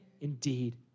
indeed